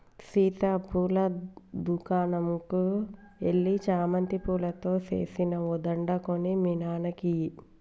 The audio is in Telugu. సీత పూల దుకనంకు ఎల్లి చామంతి పూలతో సేసిన ఓ దండ కొని మీ నాన్నకి ఇయ్యి